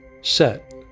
set